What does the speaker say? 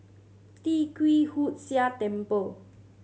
Tee Kwee Hood Sia Temple